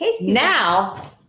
Now